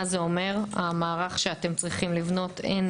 מה זה אומר בעניין המערך שאתם צריכים לבנות הן